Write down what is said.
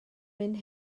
mynd